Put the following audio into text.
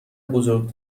بزرگ